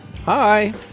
Hi